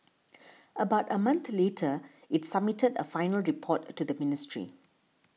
about a month later it submitted a final report to the ministry